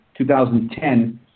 2010